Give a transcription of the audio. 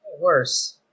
worse